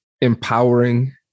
empowering